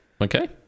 Okay